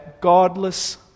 godless